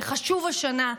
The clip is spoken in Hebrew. וחשוב השנה,